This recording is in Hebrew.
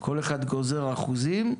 כל אחד גוזר אחוזים,